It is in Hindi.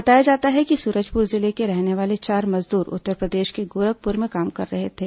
बताया जाता है कि सूरजपुर जिले के रहने वाले चार मजदूर उत्तरप्रदेश के गोरखपुर में काम करते थे